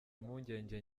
impungenge